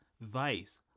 vice